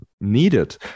needed